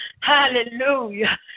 Hallelujah